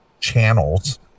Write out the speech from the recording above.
channels